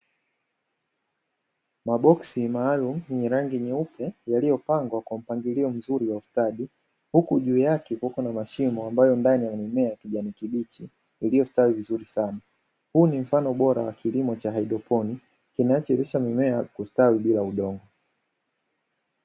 Maboksi maalum yenye rangi nyeupe yaliyopangwa kwa mpangilio mzuri wa ustadi, huku juu yake kukiwa na mashimo ambayo ndani kuna mimea ya kijani kibichi iliyostawi vizuri sana. Huu ni mfano bora wa kilimo cha haidroponi, kinachowezesha mimea kustawi bila udongo.